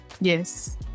Yes